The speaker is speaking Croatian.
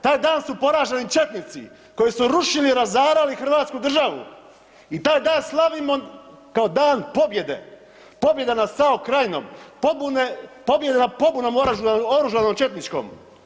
Taj dan su poraženi četnici koji su rušili, razarali Hrvatsku državu i taj dan slavimo kao dan pobjede, pobjeda nad SAO Krajinom, pobjede nad pobunom oružanom četničkom.